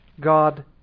God